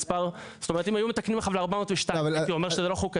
אם היו מתקנים עכשיו ל-402 הייתי אומר שזה לא חוקתי?